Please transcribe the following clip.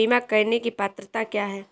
बीमा करने की पात्रता क्या है?